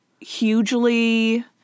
hugely